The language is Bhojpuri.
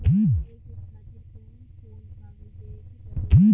ऋण लेवे के खातिर कौन कोन कागज देवे के पढ़ही?